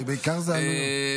בעיקר זה עלויות.